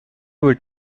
with